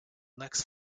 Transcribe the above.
next